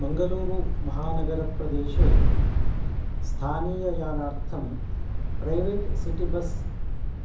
मङ्गलूरुमहानगरप्रदेशे स्थानीययानार्थं private city bus